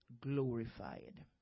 glorified